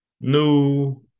new